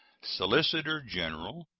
solicitor-general,